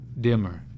dimmer